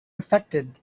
affected